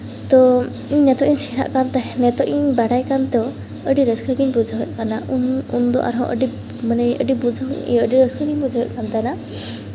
ᱛᱚ ᱤᱧ ᱱᱤᱛᱚᱜ ᱤᱧ ᱥᱮᱲᱟᱜ ᱠᱟᱱ ᱛᱟᱦᱮᱱ ᱱᱤᱛᱚᱜ ᱤᱧ ᱵᱟᱲᱟᱭ ᱠᱟᱱᱛᱮ ᱟᱹᱰᱤ ᱨᱟᱹᱥᱠᱟᱹᱜᱤᱧ ᱵᱩᱡᱷᱟᱹᱜ ᱠᱟᱱᱟ ᱩᱱ ᱩᱱᱫᱚ ᱟᱨᱦᱚᱸ ᱟᱹᱰᱤ ᱢᱟᱱᱮ ᱟᱹᱰᱤ ᱵᱩᱡᱷᱩᱱ ᱤᱭᱟᱹ ᱟᱹᱰᱤ ᱨᱟᱹᱥᱠᱟᱹ ᱜᱤᱧ ᱵᱩᱡᱷᱟᱹᱣᱮᱫ ᱠᱟᱱ ᱛᱟᱦᱮᱱᱟ